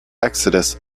exodus